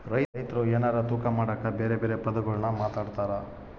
ರೈತ್ರು ಎನಾರ ತೂಕ ಮಾಡಕ ಬೆರೆ ಬೆರೆ ಪದಗುಳ್ನ ಮಾತಾಡ್ತಾರಾ